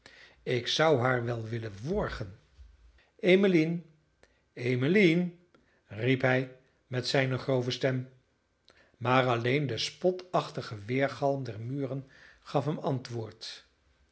ik zou haar wel willen worgen em em riep hij met zijne grove stem maar alleen de spotachtige weergalm der muren gaf hem antwoord